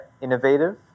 innovative